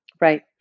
Right